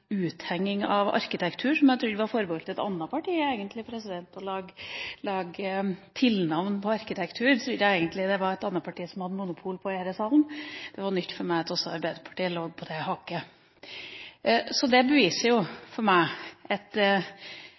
uthenging av arkitektur, som jeg trodde egentlig var forbeholdt et annet parti. Å lage tilnavn på arkitektur, trodde jeg det var et annet parti som hadde monopol på i denne salen. Det var nytt for meg at også Arbeiderpartiet lå på det hakket. Når man skal diskutere Munch, og et parti velger å bruke et helt innlegg til å diskutere for